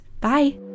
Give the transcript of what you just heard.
Bye